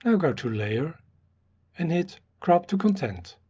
go go to layer and hit crop to content.